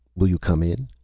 will you come in?